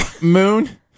Moon